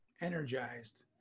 energized